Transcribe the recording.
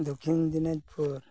Dakshin Dinajpur